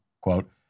quote